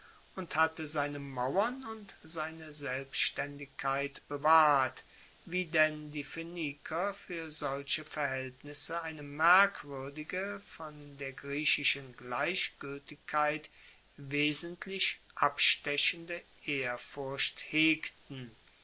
und hatte seine mauern und seine selbstaendigkeit bewahrt wie denn die phoeniker fuer solche verhaeltnisse eine merkwuerdige von der griechischen gleichgueltigkeit wesentlich abstechende ehrfurcht hegten